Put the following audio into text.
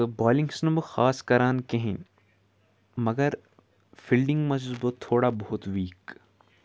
تہٕ بالِنٛگ چھُس نہٕ بہٕ خاص کران کِہیٖنۍ مگر فِلڈِنٛگ منٛز چھُس بہٕ تھوڑا بہت ویٖک